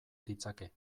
ditzake